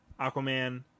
Aquaman